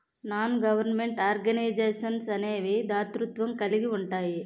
non government organisations అనేవి దాతృత్వం కలిగి ఉంటాయి